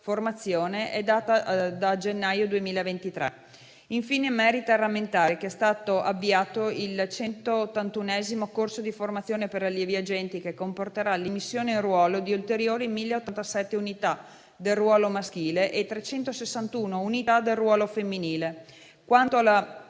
quali era datato al gennaio 2023. Infine, merita rammentare che è stato avviato il 181° corso di formazione per allievi agenti, che comporterà l'immissione in ruolo di ulteriori 1.087 unità del ruolo maschile e 361 unità del ruolo femminile. Quanto alla